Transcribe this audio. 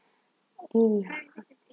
eh